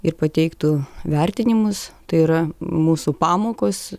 ir pateiktų vertinimus tai yra mūsų pamokos